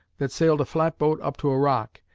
that sailed a flatboat up to a rock,